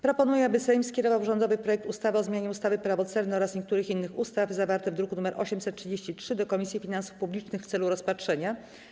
Proponuję, aby Sejm skierował rządowy projekt ustawy o zmianie ustawy - Prawo celne oraz niektórych innych ustaw zawarty w druku nr 833 do Komisji Finansów Publicznych w celu rozpatrzenia.